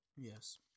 Yes